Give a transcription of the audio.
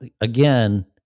again